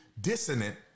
dissonant